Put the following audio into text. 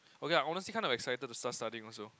okay I'm honestly kinda excited to start studying also